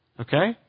Okay